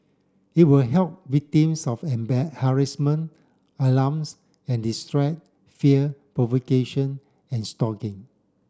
it will help victims of harassment alarms and distress fear provocation and stalking